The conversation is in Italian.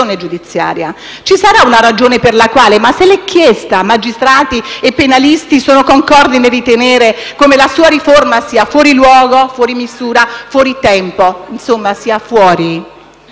Ci sarà una ragione per la quale - se l'è chiesto? - magistrati e penalisti sono concordi nel ritenere come la sua riforma sia fuori luogo, fuori misura, fuori tempo. Insomma, sia fuori.